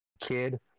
kid